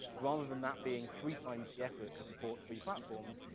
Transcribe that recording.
rather than that being three times the effort to support three platforms,